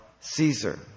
Caesar